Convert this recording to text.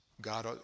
God